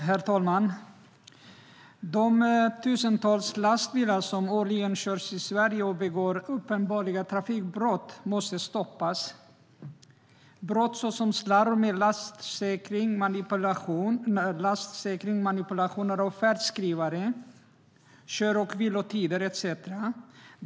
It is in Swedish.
Herr talman! De tusentals lastbilar som årligen körs i Sverige och som begår uppenbarliga trafikbrott måste stoppas. Det kan handla om slarv med lastsäkring, manipulation av färdskrivare och kör och vilotider etcetera.